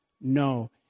no